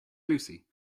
lucy